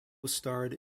starred